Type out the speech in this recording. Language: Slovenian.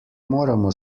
moramo